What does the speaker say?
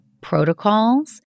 protocols